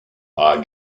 are